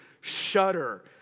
shudder